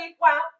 Wow